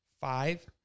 Five